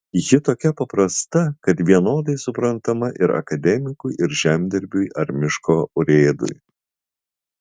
ji tokia paprasta kad vienodai suprantama ir akademikui ir žemdirbiui ar miško urėdui